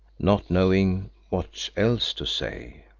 not knowing what else to say.